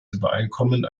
übereinkommen